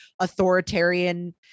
authoritarian